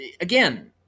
again